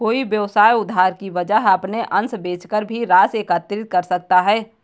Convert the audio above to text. कोई व्यवसाय उधार की वजह अपने अंश बेचकर भी राशि एकत्रित कर सकता है